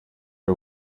ari